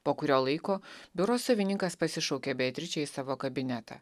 po kurio laiko biuro savininkas pasišaukė beatričę į savo kabinetą